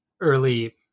early –